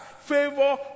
favor